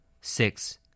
Six